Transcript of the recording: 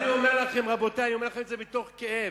אני אומר לכם, רבותי, אני אומר לכם מתוך כאב: